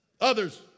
others